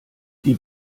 die